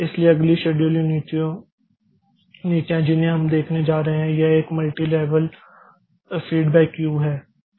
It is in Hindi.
इसलिए अगली शेड्यूलिंग नीतियां जिन्हें हम देखने जा रहे हैं यह एक मल्टीलेवल फीडबैक क्यू है